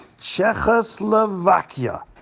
Czechoslovakia